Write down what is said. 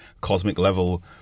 cosmic-level